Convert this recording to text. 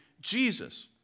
Jesus